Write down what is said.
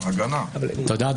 תודה,